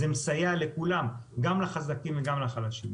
זה מסייע לכולם, גם לחזקים וגם לחלשים.